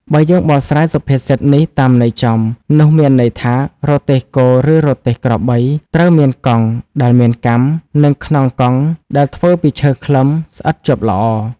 បើយើងបកស្រាយសុភាសិតនេះតាមន័យចំ នោះមានន័យថា រទេះគោ ឬរទេះក្របី ត្រូវមានកង់ ដែលមានកាំ និងខ្នងកង់ដែលធ្វើពីឈើខ្លឹម ស្អិតជាប់ល្អ ។